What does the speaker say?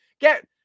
get